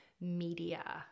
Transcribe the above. media